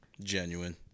Genuine